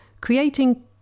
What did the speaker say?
Creating